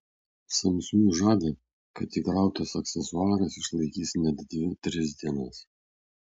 samsung žada kad įkrautas aksesuaras išlaikys net dvi tris dienas